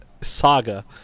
saga